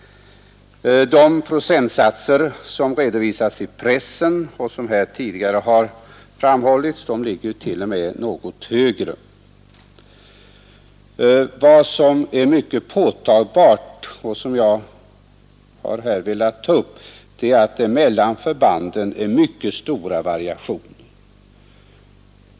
De procenttal som redovisats i pressen och även omnämnts tidigare i debatten i dag ligger dock t.o.m. något högre. Vad som är mycket påtagbart och som jag här velat ta upp är att det mellan förbanden förekommer mycket stora variationer.